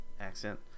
accent